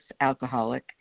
alcoholic